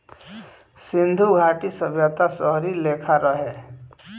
सिन्धु घाटी सभ्यता शहरी लेखा रहे